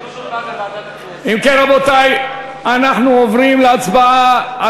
ועדת הכנסת תכריע לאן תועבר ההצעה.